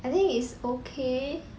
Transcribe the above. I think it's okay